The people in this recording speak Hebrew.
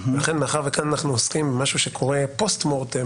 מאחר וכאן אנחנו עוסקים במשהו שקורה פוסט-מורטם,